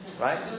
Right